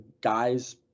guys